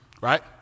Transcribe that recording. Right